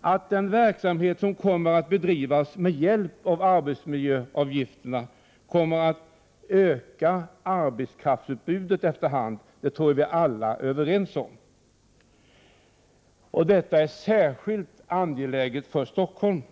Att en verksamhet som kommer att bedrivas med hjälp av arbetsmiljöavgifterna kommer att öka arbetskraftsutbudet efter hand, tror jag att vi alla är överens om. Detta är särskilt angeläget för Stockholm.